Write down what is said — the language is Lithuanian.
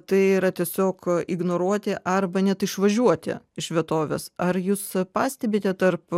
tai yra tiesiog ignoruoti arba net išvažiuoti iš vietovės ar jūs pastebite tarp